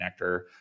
connector